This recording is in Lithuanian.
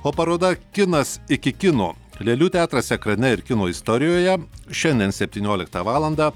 o paroda kinas iki kino lėlių teatras ekrane ir kino istorijoje šiandien septynioliktą valandą